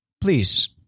Please